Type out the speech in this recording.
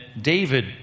David